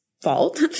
fault